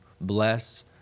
bless